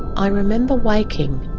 i remember waking.